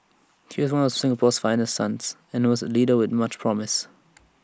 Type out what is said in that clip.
he is one of Singapore's finest sons and was A leader with much promise